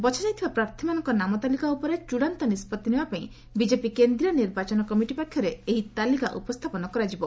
ବଛାଯାଇଥିବା ପ୍ରାର୍ଥୀମାନଙ୍କ ନାମ ତାଲିକା ଉପରେ ଚଡ଼ାନ୍ତ ନିଷ୍ପଭି ନେବାପାଇଁ ବିଜେପି କେନ୍ଦ୍ରୀୟ ନିର୍ବାଚନ କମିଟି ପାଖରେ ଏହି ତାଲିକା ଉପସ୍ଥାପନ କରାଯିବ